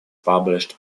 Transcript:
published